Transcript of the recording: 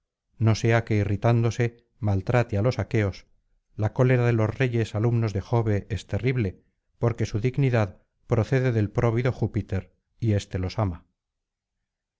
no sea que irritándose maltrate á los aqueos la cólera de los reyes alumnos de jove es terrible porque su dignidad procede del próvido júpiter y éste los ama